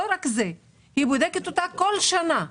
לא רק זה, הבדיקה נעשית כל שנה,